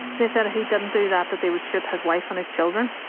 they said if he didn't do that that they would shoot his wife and his children